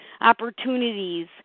opportunities